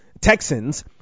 Texans